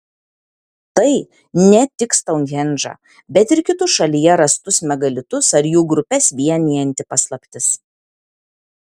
tai ne tik stounhendžą bet ir kitus šalyje rastus megalitus ar jų grupes vienijanti paslaptis